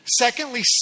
secondly